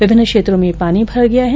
विभिन्न क्षेत्रों में पानी भरे गया है